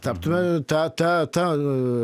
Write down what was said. taptumėme tą tą tą